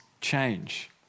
change